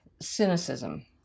cynicism